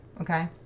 okay